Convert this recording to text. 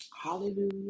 Hallelujah